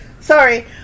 Sorry